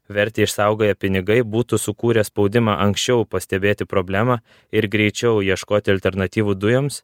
vertę išsaugoję pinigai būtų sukūrę spaudimą anksčiau pastebėti problemą ir greičiau ieškoti alternatyvų dujoms